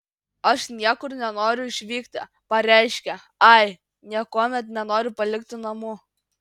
aš niekur nenoriu išvykti pareiškė ai niekuomet nenoriu palikti namų